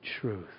truth